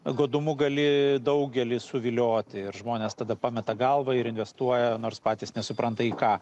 godumu gali daugelį suvilioti ir žmonės tada pameta galvą ir investuoja nors patys nesupranta į ką